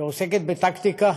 היא עוסקת בטקטיקה,